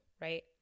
right